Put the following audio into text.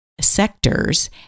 sectors